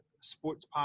Sports